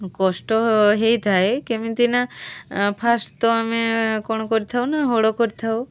କଷ୍ଟ ହେଇଥାଏ କେମିତି ନା ଫାଷ୍ଟ୍ ତ ଆମେ କ'ଣ କରିଥାଉ ନା ହଳ କରିଥାଉ